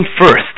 first